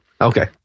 Okay